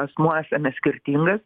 asmuo esame skirtingas